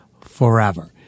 forever